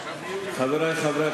חברי חברי הכנסת,